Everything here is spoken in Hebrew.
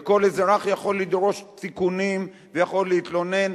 וכל אזרח יכול לדרוש תיקונים ויכול להתלונן,